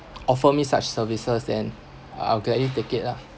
offer me such services then I'll gladly take it lah